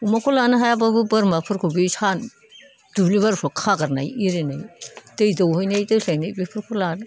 अमाखौ लानो हायाब्लाबो बोरमाफोरखौ बे सान दुब्लिबारिफ्राव खागारनाय इरिनाय दै दौहैनाय दोस्लायनाय बेफोरखौ लादों